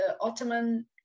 Ottoman